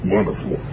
Wonderful